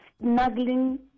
snuggling